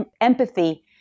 empathy